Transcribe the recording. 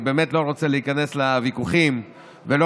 אני באמת לא רוצה להיכנס לוויכוחים ולקטנות.